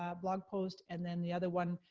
ah blog post, and then the other one,